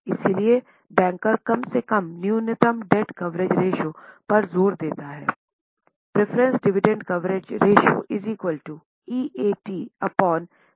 इसलिए बैंकर कम से कम न्यूनतम डेब्ट कवरेज रेश्यो पर जोर देता हैं